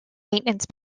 maintenance